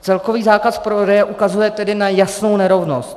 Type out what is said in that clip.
Celkový zákaz prodeje ukazuje tedy na jasnou nerovnost.